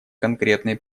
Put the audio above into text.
конкретной